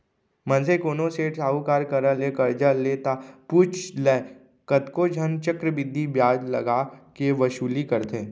मनसे कोनो सेठ साहूकार करा ले करजा ले ता पुछ लय कतको झन चक्रबृद्धि बियाज लगा के वसूली करथे